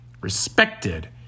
respected